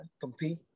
compete